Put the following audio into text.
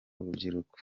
urubyiruko